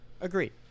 Agreed